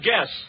guess